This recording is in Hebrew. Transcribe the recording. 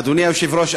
אדוני היושב-ראש,